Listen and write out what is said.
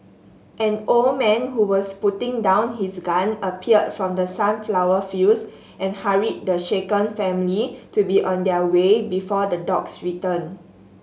an old man who was putting down his gun appeared from the sunflower fields and hurried the shaken family to be on their way before the dogs return